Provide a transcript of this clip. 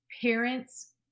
parents